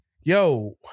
Yo